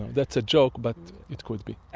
that's a joke, but it could be.